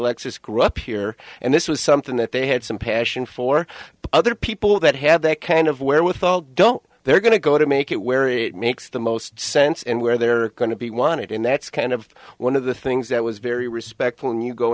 alexis grew up here and this was something that they had some passion for other people that had that kind of wherewithal don't they're going to go to make it where it makes the most sense and where they're going to be wanted and that's kind of one of the things that was very respectful and you go